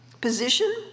Position